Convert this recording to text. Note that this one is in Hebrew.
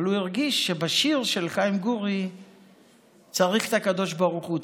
אבל הוא הרגיש שבשיר של חיים גורי צריך את הקדוש ברוך הוא,